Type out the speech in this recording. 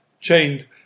chained